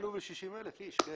לנו ול-60,000 איש.